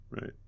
right